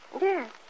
Yes